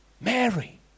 Mary